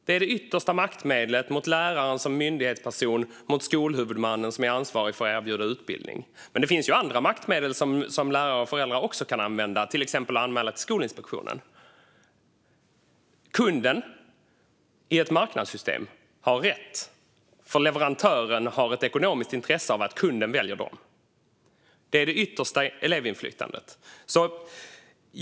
Det är det yttersta maktmedlet mot läraren som myndighetsperson och mot den skolhuvudman som är ansvarig för att erbjuda utbildning. Men det finns också andra maktmedel som lärare och föräldrar kan använda, till exempel att anmäla till Skolinspektionen. Kunden i ett marknadssystem har rätt därför att leverantören har ett ekonomiskt intresse av att kunden väljer dem. Det är det yttersta elevinflytandet.